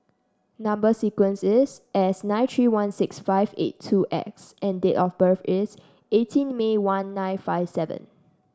number sequence is S nine three one six five eight two X and date of birth is eighteen May one nine five seven